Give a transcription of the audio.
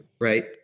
right